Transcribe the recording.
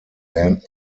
land